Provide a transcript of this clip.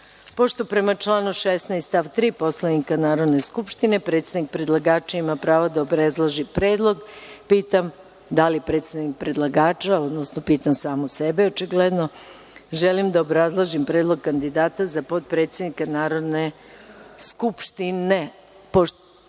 Čomić. Pošto prema članu 16. stav 3. Poslovnika Narodne skupštine predstavnik predlagača ima pravo da obrazloži predlog, pitam da li predstavnik predlagača, odnosno pitam samu sebe očigledno, da li želim da obrazložim predlog kandidata za potpredsednika Narodne skupštine? Pošto